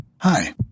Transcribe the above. Hi